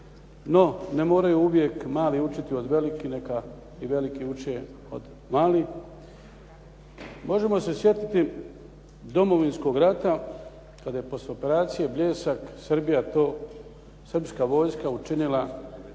No, ne moraju uvijek mali učiti od velikih, neka i veliki uče od malih. Možemo se sjetiti Domovinskog rata kada je poslije operacije "Bljesak" Srbija to, srpska vojska učinila